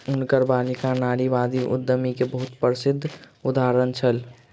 हुनकर बालिका नारीवादी उद्यमी के बहुत प्रसिद्ध उदाहरण छली